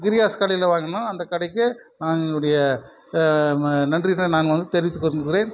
கிரியாஸ் கடையில் வாங்கினோம் அந்த கடைக்கு வாங்க கூடிய நன்றிகளை நாங்கள் வந்து தெரிவித்துக் கொள்கிறேன்